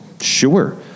Sure